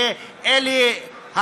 ואלה,